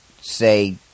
say